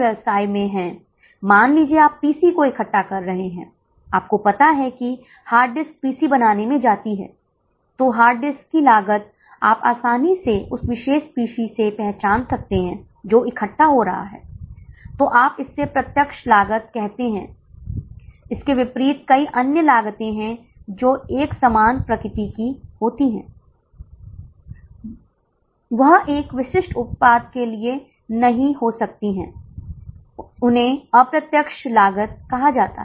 वास्तव में नहीं क्योंकि पीवीआर का निश्चित लागत या अर्ध परिवर्तनीय लागत से कोई लेना देना नहीं है यह विशुद्ध रूप से योगदान और बिक्री के बीच का संबंध है यही कारण है कि मैं बार बार पूछ रहा था कि अन्य पीवीआर क्या हो सकते हैं उन्हें यहां बस आपको भ्रमित करने के लिए पूछा जाता है